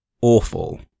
awful